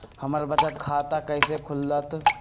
हमर बचत खाता कैसे खुलत?